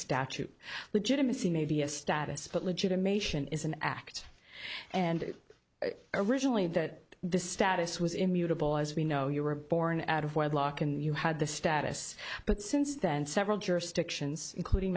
statute legitimacy may be a status but legitimation is an act and originally that this status was immutable as we know you were born out of wedlock and you had the status but since then several jurisdictions including